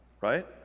right